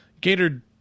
gator